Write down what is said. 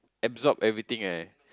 absorb everything eh